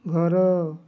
ଘର